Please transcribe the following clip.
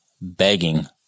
begging